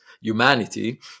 humanity